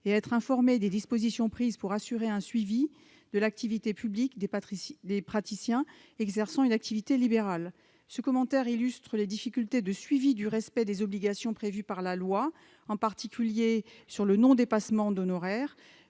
et être informée des dispositions prises pour assurer un suivi de l'activité publique des praticiens exerçant une activité libérale. » Ce commentaire illustre les difficultés de suivi du respect des obligations prévues par la loi, s'agissant en particulier du non-dépassement d'honoraires,